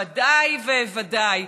ודאי וודאי.